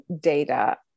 data